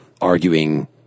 arguing